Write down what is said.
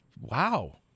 wow